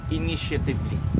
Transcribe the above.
initiatively